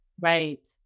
Right